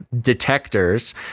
detectors